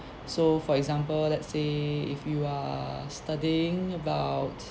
so for example let's say if you are studying about